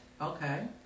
Okay